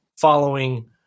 following